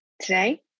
today